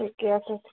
ঠিকে আছে